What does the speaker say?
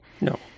No